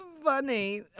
Funny